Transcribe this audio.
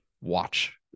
watch